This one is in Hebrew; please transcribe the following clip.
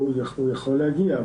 הוא יכול להגיע,